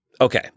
Okay